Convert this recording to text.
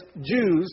Jews